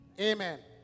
Amen